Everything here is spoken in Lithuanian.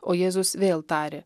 o jėzus vėl tarė